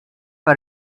for